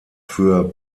für